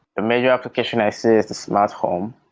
the major application i see is the smart home.